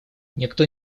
никто